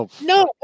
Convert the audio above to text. No